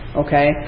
okay